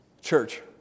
church